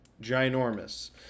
ginormous